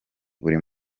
buri